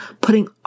putting